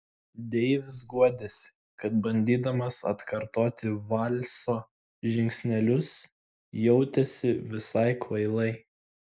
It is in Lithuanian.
deivis guodėsi kad bandydamas atkartoti valso žingsnelius jautėsi visai kvailai